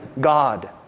God